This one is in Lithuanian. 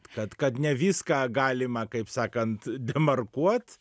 kad kad ne viską galima kaip sakant demarkuot